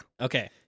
Okay